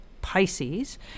Pisces